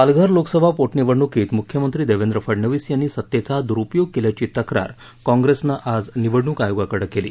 पालघर लोकसभा पोटनिवडणुकीत मुख्यमंत्री देवेंद्र फडणवीस यांनी सत्तेचा द्रूपयोग केल्याची तक्रार काँप्रसेनं आज निवडणुक आयोगाकडे केली